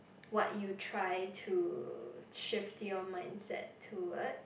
what you try to shift your mindset toward